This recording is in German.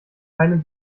keinem